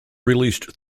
released